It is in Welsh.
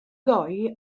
ddoe